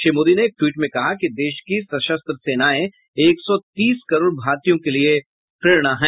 श्री मोदी ने एक ट्वीट में कहा कि देश की सशस्त्र सेनाएं एक सौ तीस करोड़ भारतीयों के लिए प्रेरणा हैं